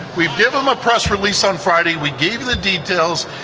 we've give him a press release on friday. we gave the details.